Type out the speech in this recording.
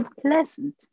pleasant